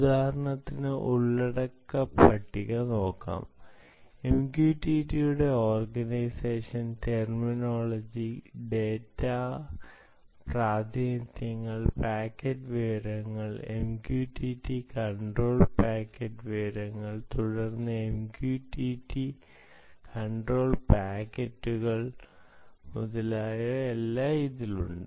ഉദാഹരണത്തിന് ഉള്ളടക്ക പട്ടിക നോക്കാം എംക്യുടിടിയുടെ ഓർഗനൈസേഷൻ ടെർമോളജി ഡാറ്റാ പ്രാതിനിധ്യങ്ങൾ പാക്കറ്റ് വിവരങ്ങൾ എംക്യുടിടി കൺട്രോൾ പാക്കറ്റ് വിവരങ്ങൾ തുടർന്ന് എംക്യുടിടി കൺട്രോൾ പാക്കറ്റുകൾ മുതലായ എല്ലാം അതിലുണ്ട്